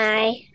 Bye